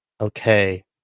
okay